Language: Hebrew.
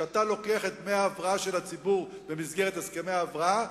כשאתה לוקח את דמי ההבראה של הציבור במסגרת הסכמי ההבראה,